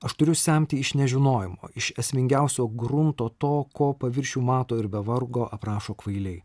aš turiu semti iš nežinojimo iš esmingiausio grunto to ko paviršių mato ir be vargo aprašo kvailiai